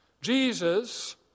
Jesus